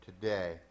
today